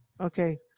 Okay